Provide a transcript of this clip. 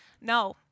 No